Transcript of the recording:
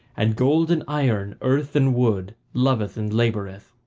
and gold and iron, earth and wood, loveth and laboureth.